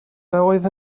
oedd